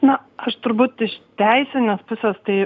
na aš turbūt iš teisinės pusės tai